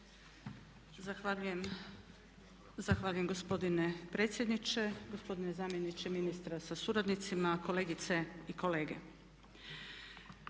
Zahvaljujem gospodine predsjedniče, gospodine zamjeniče ministra sa suradnicima, kolegice i kolege.